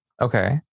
Okay